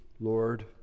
Lord